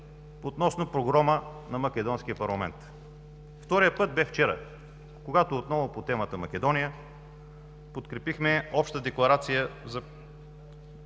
относно погрома на Македонския парламент. Вторият път бе вчера, когато, отново по темата Македония, подкрепихме обща Декларация за